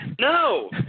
No